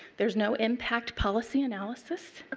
there is no impact policy analysis.